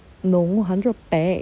no hundred packs